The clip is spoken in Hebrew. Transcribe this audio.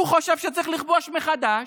הוא חושב שצריך לכבוש מחדש,